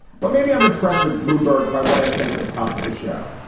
but maybe i'm impressed with bloomberg by what i said at the top of the show.